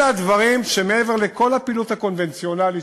אלה הדברים שמעבר לכל הפעילות הקונבנציונלית,